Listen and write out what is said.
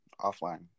offline